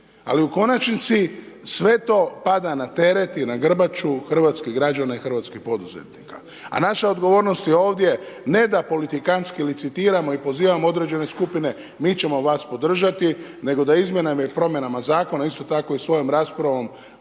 Ali u konačnici sve to pada na teret i na grbaču hrvatskih građana i hrvatskih poduzetnika. A naša odgovornost je ovdje ne da politikanski licitiramo i pozivamo određene skupine, mi ćemo vas podržati nego da izmjenama i promjenama zakona a isto tako i svojom raspravom